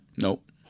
Nope